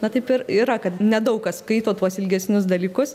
na taip ir yra kad nedaug kas skaito tuos ilgesnius dalykus